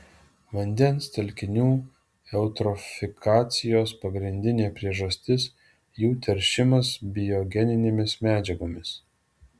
vandens telkinių eutrofikacijos pagrindinė priežastis jų teršimas biogeninėmis medžiagomis